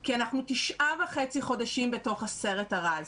כי אנחנו תשעה וחצי חודשים בתוך הסרט הרע הזה.